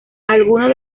algunos